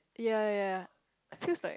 ya ya ya ya feels like